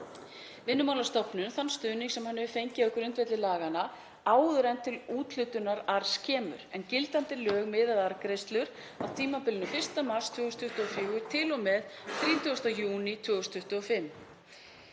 Vinnumálastofnun þann stuðning sem hann hefur fengið á grundvelli laganna áður en til úthlutunar arðs kemur, en gildandi lög miða við arðgreiðslur á tímabilinu 1. mars 2024 til og með 30. júní 2025.